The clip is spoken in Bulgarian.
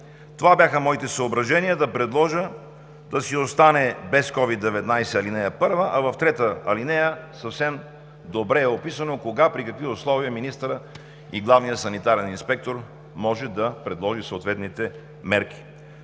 Това бяха моите съображения да предложа ал. 1 да си остане без COVID-19, а в трета алинея съвсем добре е описано кога, при какви условия министърът, и главният санитарен инспектор, може да предложи съответните мерки.